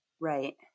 Right